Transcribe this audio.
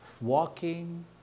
walking